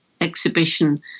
exhibition